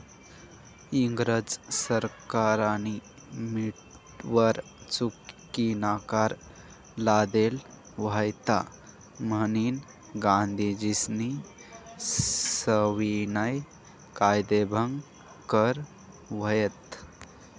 इंग्रज सरकारनी मीठवर चुकीनाकर लादेल व्हता म्हनीन गांधीजीस्नी सविनय कायदेभंग कर व्हत